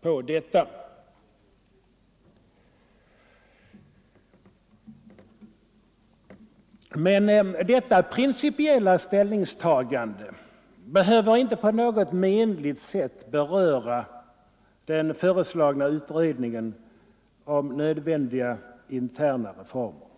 på en sådan lösning. Men detta principiella ställningstagande behöver inte på något menligt sätt beröra den föreslagna utredningen om nödvändiga interna reformer.